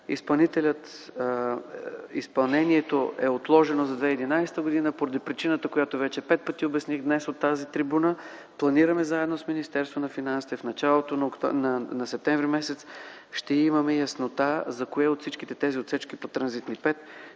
Изпълнението е отложено за 2011 г., поради причината, която вече пет пъти обясних днес, от тази трибуна. Планираме заедно с Министерството на финансите, в началото на м. септември, ще имаме яснота, за кои от всичките тези отсечки по Транзитни V